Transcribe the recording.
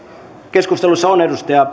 keskustelussa on